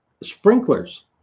sprinklers